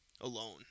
alone